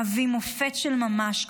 מהווים מופת של ממש,